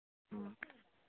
ꯎꯝ